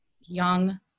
young